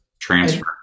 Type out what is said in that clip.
transfer